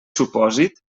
supòsit